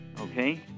Okay